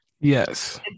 yes